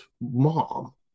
mom